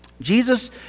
Jesus